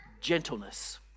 gentleness